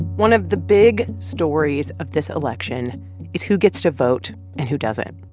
one of the big stories of this election is who gets to vote and who doesn't.